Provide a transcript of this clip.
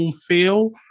feel